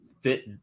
fit